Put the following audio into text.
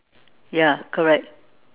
ya correct